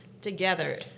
together